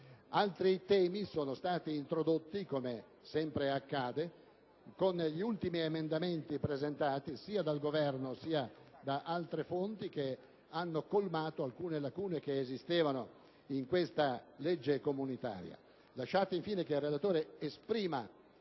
Altri temi sono stati introdotti, come sempre accade, con gli ultimi emendamenti presentati sia dal Governo, sia da altre fonti, che hanno colmato alcune lacune che esistevano nella legge comunitaria.